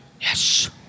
Yes